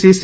C C